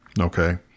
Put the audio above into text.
Okay